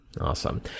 Awesome